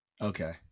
Okay